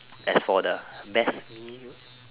as for the best meal